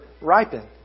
ripen